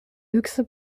höchste